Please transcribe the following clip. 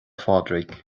phádraig